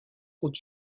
haute